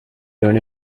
turn